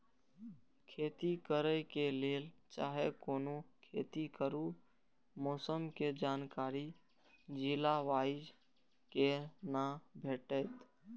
खेती करे के लेल चाहै कोनो खेती करू मौसम के जानकारी जिला वाईज के ना भेटेत?